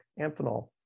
Amphenol